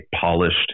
polished